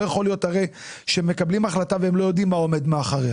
לא יכול להיות שמקבלים החלטה והם לא יודעים מה עומד מאחוריה.